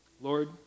Lord